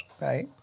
Right